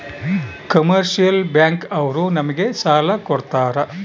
commercial bank ಅವ್ರು ನಮ್ಗೆ ಸಾಲ ಕೊಡ್ತಾರ